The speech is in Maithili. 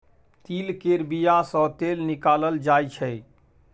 तिल केर बिया सँ तेल निकालल जाय छै